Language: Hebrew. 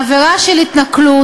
העבירה של התנכלות,